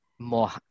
more